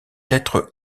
lettre